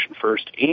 first